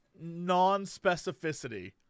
non-specificity